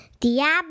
diablo